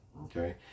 okay